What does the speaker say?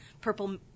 purple